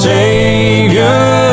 Savior